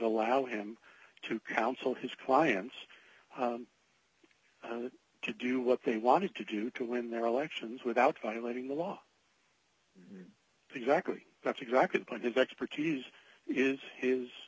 allow him to counsel his clients to do what they wanted to do to win their elections without violating the law exactly that's exactly the point of expertise is his